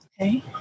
Okay